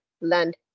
land